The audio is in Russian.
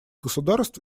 государств